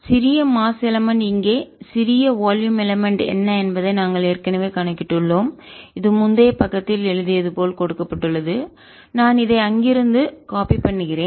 சிறிய mass element இங்கே சிறிய வால்யும் எலமன்ட் என்ன என்பதை நாங்கள் ஏற்கனவே கணக்கிட்டுள்ளோம் இது முந்தைய பக்கத்தில் எழுதியது போல் கொடுக்கப்பட்டுள்ளது நான் அதை அங்கிருந்து காப்பி நகலெடுக்க பண்ணுகிறேன்